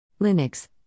linux